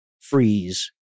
freeze